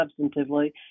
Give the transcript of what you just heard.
substantively